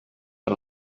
per